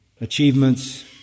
achievements